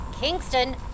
Kingston